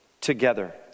together